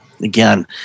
Again